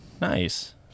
Nice